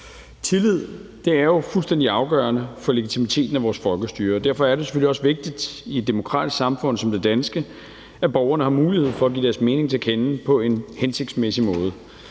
Tillid er jo fuldstændig afgørende for legitimiteten af vores folkestyre, og derfor er det selvfølgelig også vigtigt i et demokratisk samfund som det danske, at borgerne har mulighed for at give deres mening til kende på en hensigtsmæssig måde.